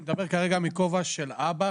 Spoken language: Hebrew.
אני מדבר כרגע מכובע של אבא